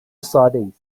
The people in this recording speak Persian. سادهای